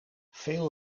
veel